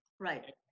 right